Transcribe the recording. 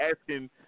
asking